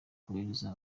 kohereza